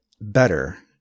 better